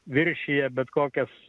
viršija bet kokias